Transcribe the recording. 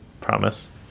promise